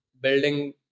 building